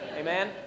Amen